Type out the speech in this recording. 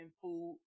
food